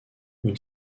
une